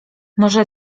może